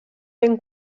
ben